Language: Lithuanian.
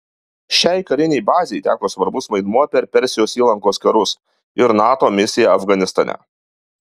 šiai karinei bazei teko svarbus vaidmuo per persijos įlankos karus ir nato misiją afganistane